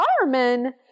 firemen